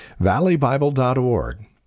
valleybible.org